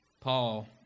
Paul